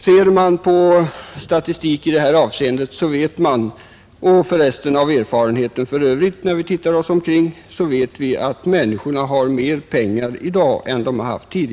Ser man på statistiken i det här avseendet och dömer man efter den erfarenhet vi fått när vi sett oss omkring, vet vi att människorna i dag har mera pengar än de tidigare har haft.